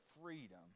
freedom